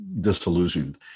disillusioned